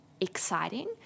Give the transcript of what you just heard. exciting